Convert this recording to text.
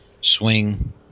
swing